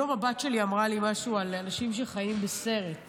היום הבת שלי אמרה לי משהו על אנשים שחיים בסרט.